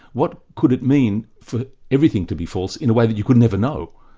what could it mean for everything to be false in a way that you could never know,